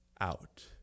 out